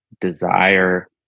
desire